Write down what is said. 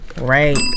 right